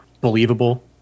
believable